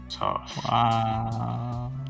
wow